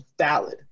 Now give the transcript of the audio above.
valid